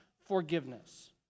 forgiveness